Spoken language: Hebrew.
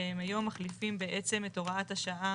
שהם היום מחליפים בעצם את הוראת השעה